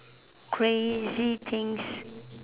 crazy things